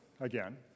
again